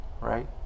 right